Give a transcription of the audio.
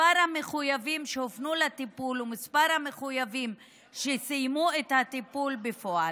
מספר המחויבים שהופנו לטיפול ומספר המחויבים שסיימו את הטיפול בפועל.